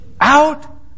out